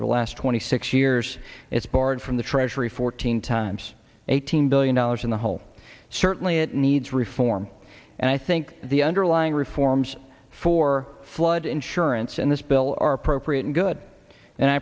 of the last twenty six years it's barred from the treasury fourteen times eighteen billion dollars in the hole certainly it needs reform and i think the underlying reforms for flood insurance in this bill are appropriate and good and i